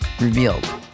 revealed